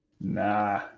Nah